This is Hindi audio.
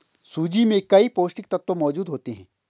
सूजी में कई पौष्टिक तत्त्व मौजूद होते हैं